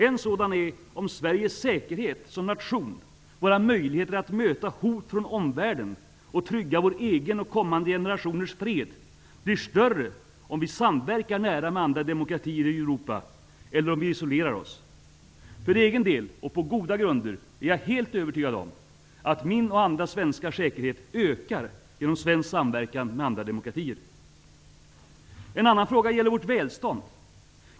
En sådan är om Sveriges säkerhet som nation, våra möjligheter att möta hot från omvärlden och trygga vår egen och kommande generationers fred, blir större om vi samverkar nära med andra demokratier i Europa eller om vi isolerar oss. För egen del och på goda grunder är jag helt övertygad om att min och andra svenskars säkerhet ökar genom svensk samverkan med andra demokratier. En annan fråga gäller vårt välstånd.